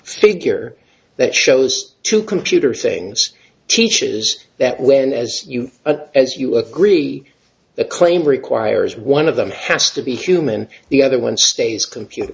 figure that shows two computer things teaches that when as you as you agree the claim requires one of them has to be human the other one stays computer